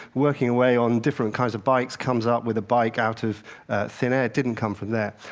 working away on different kinds of bikes, comes up with a bike out of thin air. it didn't come from there.